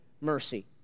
mercy